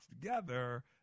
together